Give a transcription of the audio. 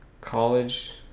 College